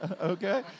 okay